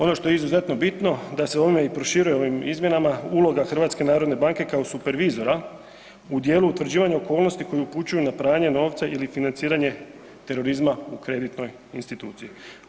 Ono što je izuzetno bitno da se u ovome i proširuje ovim izmjenama uloga HNB-a kao supervizora u dijelu utvrđivanja okolnosti koji upućuju na pranje novca ili financiranje terorizma u kreditnoj instituciji.